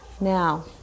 Now